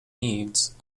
needs